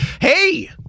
Hey